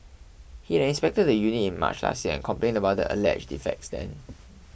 he had inspected the unit in March last year and complain about the alleged defects then